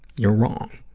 you're wrong.